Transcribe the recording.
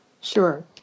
Sure